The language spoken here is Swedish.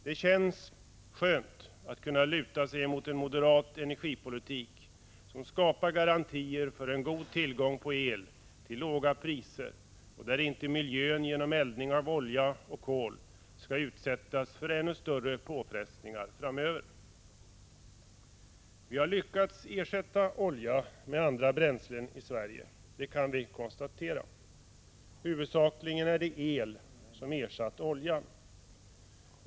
Det känns skönt att kunna luta sig emot en moderat energipolitik, som skapar garantier för en god tillgång på el till låga priser och enligt vilken miljön inte skall genom eldning av kol och olja utsättas för ännu större påfrestningar framöver. Vi har lyckats ersätta olja med andra bränslen i Sverige. Det kan vi konstatera. Huvudsakligen är det el som ersatt oljan.